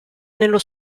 nello